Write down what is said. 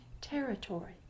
territory